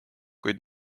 kuid